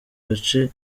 gace